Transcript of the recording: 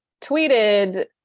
tweeted